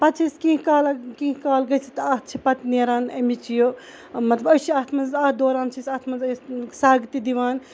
پَتہٕ چھِ أسۍ کینٛہہ کال کینٛہہ کال گٔژھِتھ اتھ چھِ پَتہٕ نیران امِچ یہِ مَطلَب أسۍ چھِ اتھ مَنٛز اتھ دوران چھِ أسۍ اتھ مَنٛز سگ تہِ دِوان